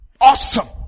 Awesome